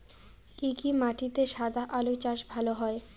কি কি মাটিতে সাদা আলু চাষ ভালো হয়?